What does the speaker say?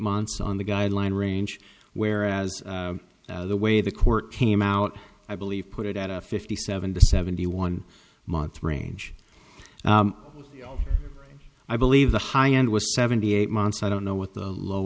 months on the guideline range whereas the way the court came out i believe put it at a fifty seven to seventy one month range i believe the high end was seventy eight months i don't know what the low